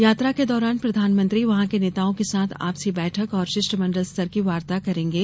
यात्रा के दौरान प्रधानमंत्री वहां के नेताओं के साथ आपसी बैठक और शिष्ट मंडल स्तर की वार्ता करेंगे